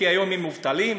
כי היום הם מובטלים?